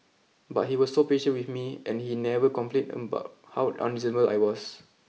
but he was so patient with me and he never complained about how unreasonable I was